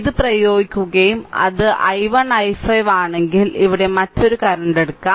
ഇത് പ്രയോഗിക്കുകയും അത് i1 i5 ആണെങ്കിൽ ഇവിടെ മറ്റൊരു കറന്റ് എടുക്കാം